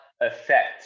effect